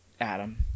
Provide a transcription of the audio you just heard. Adam